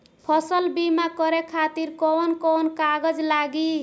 फसल बीमा करे खातिर कवन कवन कागज लागी?